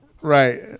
Right